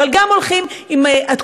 אבל גם הולכים עם התקופה.